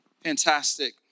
Fantastic